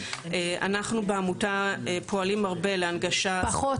אנחנו בעמותה פועלים הרבה להנגשה --- פחות